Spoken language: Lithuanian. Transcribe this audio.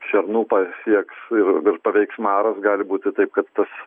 šernų pasieks ir paveiks maras gali būti taip kad tas